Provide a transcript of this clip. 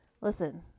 listen